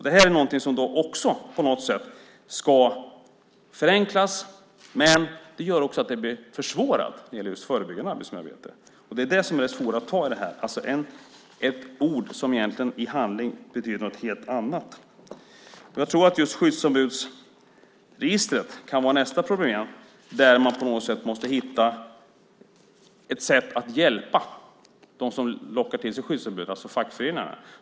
Det ska på något sätt förenklas men det gör också att det förebyggande arbetsmiljöarbetet försvåras. Det är det som är svårt att ta i det här. Det är ord som i handling betyder någonting helt annat. Jag tror att just skyddsombudsregistret kan vara nästa problem. Man måste på något sätt hitta ett sätt att hjälpa dem som lockar till sig skyddsombuden, det vill säga fackföreningarna.